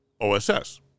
OSS